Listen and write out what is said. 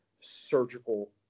surgical